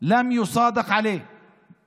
אנחנו ניגשים לשאילתות לשר